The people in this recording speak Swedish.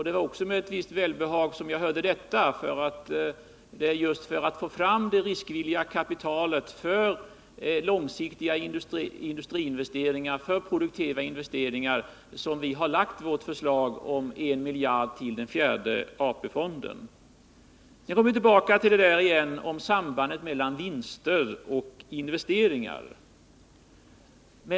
Det var likaledes med ett visst välbehag som jag hörde det — det är just för att få riskvilligt kapital för långsiktiga och produktiva investeringar som vi har lagt vårt förslag om en miljard till den fjärde AP-fonden. Sedan kom Johan Olsson tillbaka till sambandet mellan vinster och investeringar.